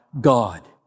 God